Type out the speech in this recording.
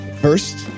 First